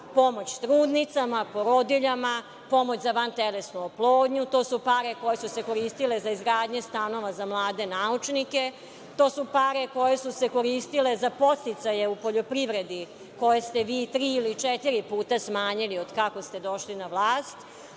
pomoć trudnicama, porodiljama, pomoć za vantelesnu oplodnju. To su pare koje su se koristile za izgradnje stanova za mlade naučnike. To su pare koje su se koristile za podsticaje u poljoprivredi koje ste vi tri ili četiri puta smanjili od kako ste došli na vlast.